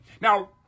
Now